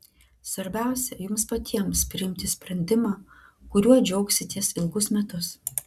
svarbiausia jums patiems priimti sprendimą kuriuo džiaugsitės ilgus metus